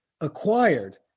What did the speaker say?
acquired